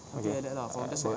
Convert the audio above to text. really ah I see